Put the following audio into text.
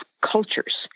cultures